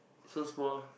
so small